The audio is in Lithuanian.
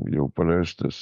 jau paleistas